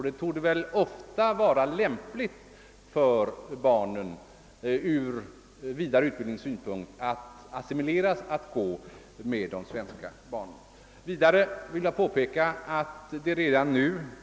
Det torde ofta ur vidareutbildningssynpunkt vara lämpligt att barnen assimileras genom att gå med de svenska barnen.